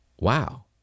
wow